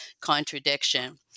contradiction